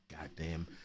Goddamn